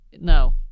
No